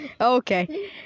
Okay